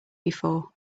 before